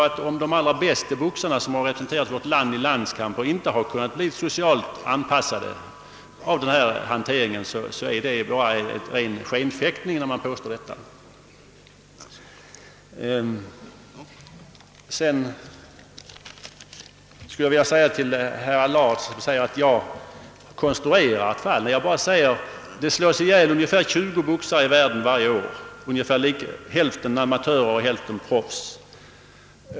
Om de allra bästa boxarna, som representerat vårt land i landskamper, inte kunnat bli socialt anpasade genom denna hantering, är det väl rena skenfäktningen när man påstår att boxningen skulle vara så nyttig ur social synpunkt. Herr Allard säger att jag har talat om ett konstruerat fall. Men det slås ju ihjäl cirka 20 boxare i världen varje år, i stort sett hälften amatörer och hälften professionella.